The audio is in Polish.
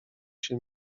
się